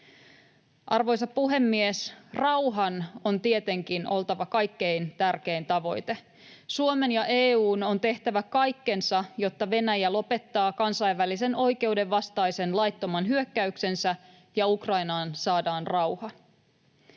Arvoisa puhemies! Rauhan on tietenkin oltava kaikkein tärkein tavoite: Suomen ja EU:n on tehtävä kaikkensa, jotta Venäjä lopettaa kansainvälisen oikeuden vastaisen laittoman hyökkäyksensä ja Ukrainaan saadaan rauha.